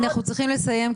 אנחנו צריכים לסיים,